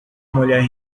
mulher